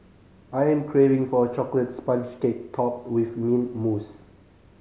I am craving for a chocolate sponge cake topped with mint mousse